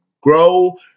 grow